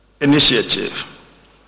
initiative